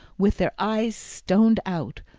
with their eyes stoned out,